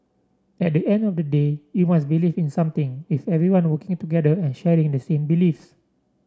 at the end of the day you must believe in something with everyone working together and sharing the same beliefs